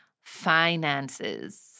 finances